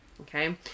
okay